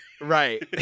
Right